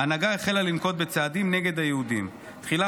ההנהגה החלה לנקוט צעדים נגד היהודים: תחילה